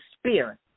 spirit